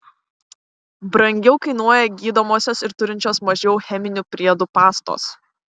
brangiau kainuoja gydomosios ir turinčios mažiau cheminių priedų pastos